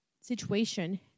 situation